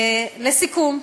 לסיכום,